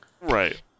Right